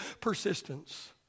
persistence